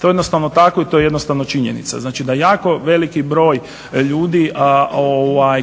to je jednostavno tako i to je jednostavno činjenica, znači da jako veliki broj ljudi